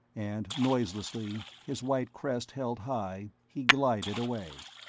and noiselessly, his white crest held high, he glided away.